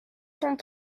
cent